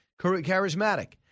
Charismatic